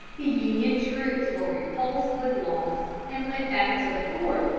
the union troops were repulsed with loss, and went back to the fort,